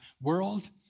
world